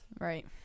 right